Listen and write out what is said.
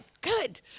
Good